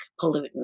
pollutant